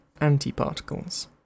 antiparticles